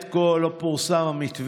עד כה לא פורסם המתווה,